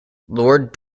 lord